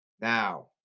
Now